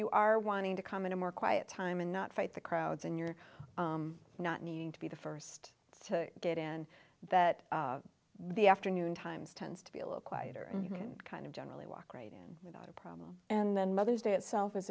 you are wanting to come in a more quiet time and not fight the crowds and you're not needing to be the first to get in that the afternoon times tends to be a little quieter and you can kind of generally walk right in without a problem and then mother's day itself is